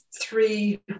three